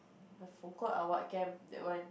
I forgot ah what camp that one